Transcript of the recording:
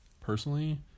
personally